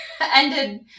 ended